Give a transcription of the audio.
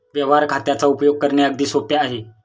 व्यवहार खात्याचा उपयोग करणे अगदी सोपे आहे